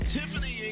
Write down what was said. Tiffany